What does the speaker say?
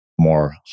more